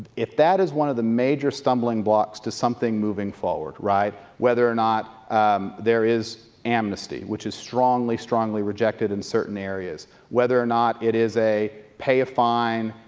if that is one of the major stumbling blocks to something moving forward, right, whether or not there is amnesty, which is strongly strongly rejected in certain areas, whether or not it is a pay a fine,